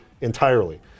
entirely